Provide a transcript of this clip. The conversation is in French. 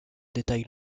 détaille